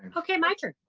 okay, my turn,